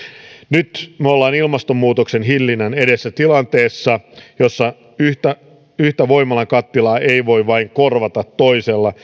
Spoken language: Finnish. nyt me olemme ilmastonmuutoksen hillinnän edessä tilanteessa jossa yhtä yhtä voimalan kattilaa ei voi vain korvata toisella